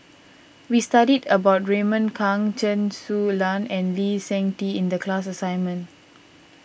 we studied about Raymond Kang Chen Su Lan and Lee Seng Tee in the class assignment